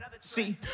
See